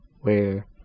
where